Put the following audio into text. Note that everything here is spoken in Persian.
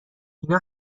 اینا